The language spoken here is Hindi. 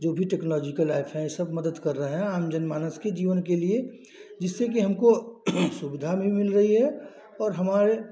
जो भी टेक्नोलाॅजिकल एप्स हैं सब मदद कर रहे हैं आम जनमानस के जीवन के लिए जिससे कि हमको सुविधा भी मिल रही है और हमारे